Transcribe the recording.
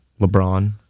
LeBron